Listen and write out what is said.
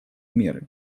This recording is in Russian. меры